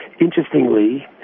Interestingly